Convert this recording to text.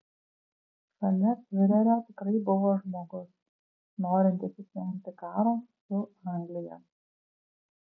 šalia fiurerio tikrai buvo žmogus norintis išvengti karo su anglija